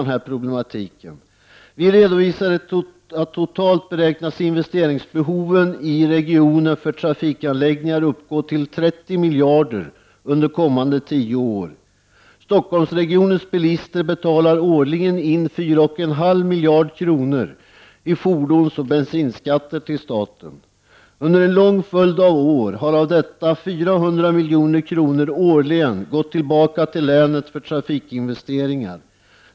Vi redovisar att investeringsbehoven i regionen för trafikanläggningar totalt beräknas uppgå till 30 miljarder under de kommande tio åren. Stockholmsregionens bilister betalar årligen in 4,5 miljarder kronor i fordonsoch bensinskatter till staten. Under en lång följd av år har av detta belopp 400 milj.kr. årligen gått tillbaka till länet för trafikinvesteringar.